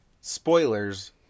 Spoilers